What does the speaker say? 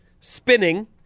spinning